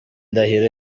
ndahiro